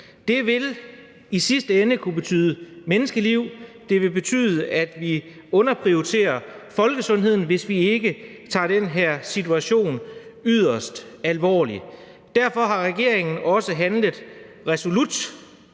Det vil i sidste ende kunne betyde menneskeliv, det vil betyde, at vi underprioriterer folkesundheden, hvis vi ikke tager den her situation yderst alvorligt. Derfor har regeringen også handlet resolut,